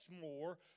more